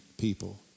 people